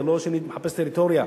זה לא שאני מחפש טריטוריה.